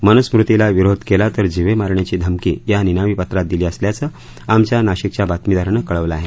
मनू मृतीला विरोध केला तर जीवे मार याची धमक या निनावी प ात दिली अस याचं आम या नाशिक या बातमीदारानं कळवलं आहे